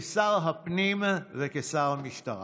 כשר הפנים וכשר המשטרה.